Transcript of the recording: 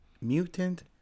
Mutant